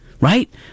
right